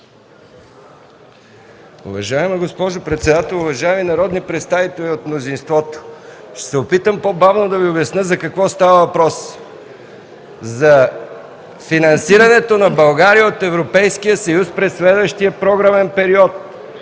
Уважаема госпожо председател, уважаеми народни представители от мнозинството! Ще се опитам по бавно да Ви обясня за какво става въпрос – за финансирането на България от Европейския съюз през следващия програмен период;